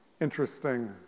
Interesting